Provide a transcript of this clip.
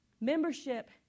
Membership